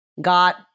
got